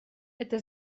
это